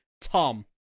Tom